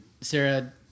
Sarah